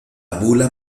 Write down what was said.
bula